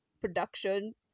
production